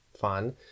fun